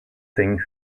thing